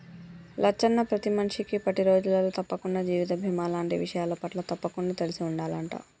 లచ్చన్న ప్రతి మనిషికి ఇప్పటి రోజులలో తప్పకుండా జీవిత బీమా లాంటి విషయాలపట్ల తప్పకుండా తెలిసి ఉండాలంట